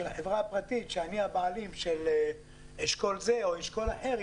של החברה הפרטית שאני הבעלים של אשכול זה או אשכול אחר,